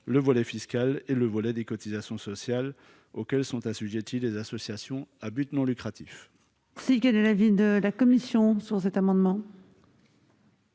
dispositif fiscal et de celui des cotisations sociales auxquelles sont assujetties les associations à but non lucratif.